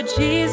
Jesus